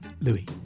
Louis